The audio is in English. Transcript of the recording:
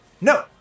No